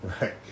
Right